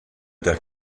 der